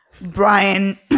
brian